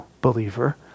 believer